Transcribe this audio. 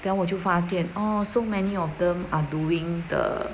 then 我就发现 oh so many of them are doing the